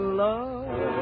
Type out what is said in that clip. love